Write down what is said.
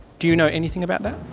do you know anything about that?